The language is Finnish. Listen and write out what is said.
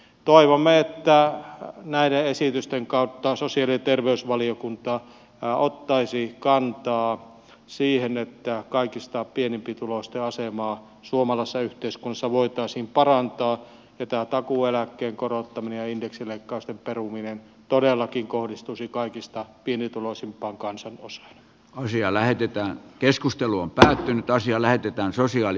toivomme että näiden esitysten kautta sosiaali ja terveysvaliokunta ottaisi kantaa siihen että kaikista pienituloisimpien asemaa suomalaisessa yhteiskunnassa voitaisiin parantaa ja tämä takuueläkkeen korottaminen ja indeksileikkausten peruminen todellakin kohdistuisi kaikista pienituloisimpaan kansanosaan olisi elähdyttää keskustelu on päättynyt ja asia lähetetään sosiaali